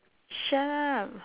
shut up